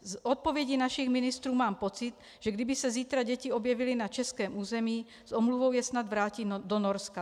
Z odpovědí našich ministrů mám pocit, že kdyby se zítra děti objevily na českém území, s omluvou je snad vrátí do Norska.